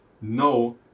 no